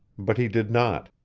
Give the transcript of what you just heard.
but he did not.